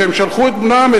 שהם שלחו את בנם,